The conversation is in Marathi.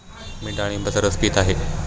मी डाळिंबाचा रस पीत आहे